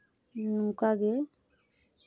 ᱱᱚᱝᱠᱟ ᱜᱮ